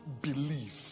belief